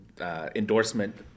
endorsement